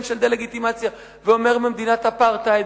של דה-לגיטימציה ואומר: מדינת אפרטהייד,